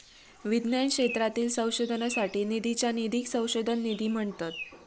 विज्ञान क्षेत्रातील संशोधनासाठी निधीच्या निधीक संशोधन निधी म्हणतत